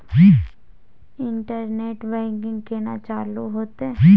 Internet banking केना चालू हेते?